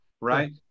right